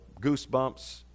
goosebumps